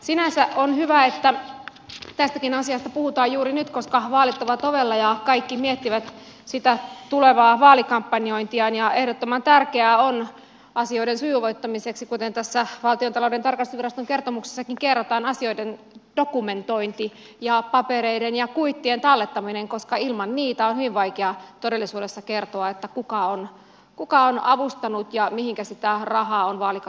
sinänsä on hyvä että tästäkin asiasta puhutaan juuri nyt koska vaalit ovat ovella ja kaikki miettivät sitä tulevaa vaalikampanjointiaan ja ehdottoman tärkeää on asioiden sujuvoittamiseksi kuten tässä valtiontalouden tarkastusviraston kertomuksessakin kerrotaan asioiden dokumentointi ja papereiden ja kuittien tallettaminen koska ilman niitä on hyvin vaikea todellisuudessa kertoa kuka on avustanut ja mihinkä sitä rahaa on vaalikassassa palanut